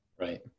Right